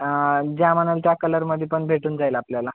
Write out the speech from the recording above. ज्या म्हणाल त्या कलरमध्येपण भेटून जाईल आपल्याला